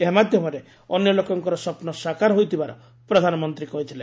ଏହା ମାଧ୍ୟମରେ ଅନ୍ୟ ଲୋକଙ୍କର ସ୍ୱପ୍ନ ସାକାର ହୋଇଥିବାର ପ୍ରଧାନମନ୍ତ୍ରୀ କହିଥିଲେ